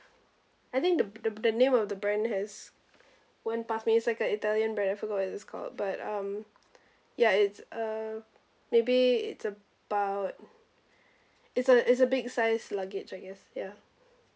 I think the the the name of the brand has it's a italian brand I forgot what's it's called but um ya it's uh maybe it's about it's a it's a big size luggage I guess ya